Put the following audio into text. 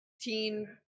teen